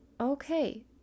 okay